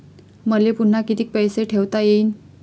मले पुन्हा कितीक पैसे ठेवता येईन?